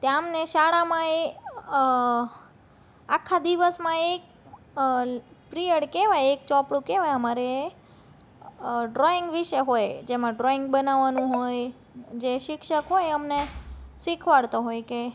ત્યાં અમને શાળામાં એ આખા દિવસમાં એક પીરીયડ કેવાય એક ચોપડો કેવાય અમારે ડ્રોઇંગ વિશે હોય જેમાં ડ્રોઇંગ બનાવાનું હોય જે શિક્ષક હોય અમને શિખવાડતો હોય કે